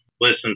listen